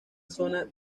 zona